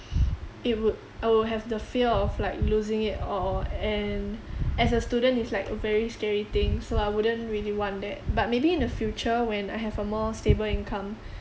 it would I will have the fear of like losing it or and as a student it's like a very scary thing so I wouldn't really want that but maybe in the future when I have a more stable income